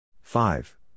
Five